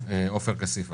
עופר כסיף בבקשה.